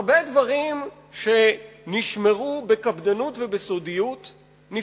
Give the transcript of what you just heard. הרבה דברים שנשמרו בקפדנות ובסודיות נפרצו.